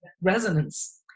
resonance